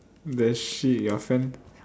that shit your friend